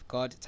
God